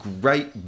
great